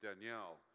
Danielle